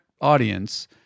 audience